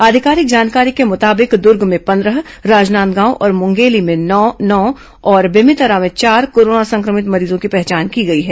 आधिकारिक जानकारी के मुताबिक दुर्ग में पंद्रह राजनांदगांव और मुंगेली में नौ नौ तथा बेमेतरा में चार कोरोना संक्रमित मरीजों की पहचान की गई है